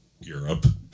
Europe